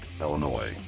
Illinois